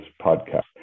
podcast